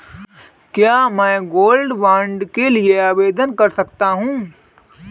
क्या मैं gold bond के लिए आवेदन कर सकता हूं?